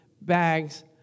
bags